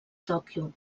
tòquio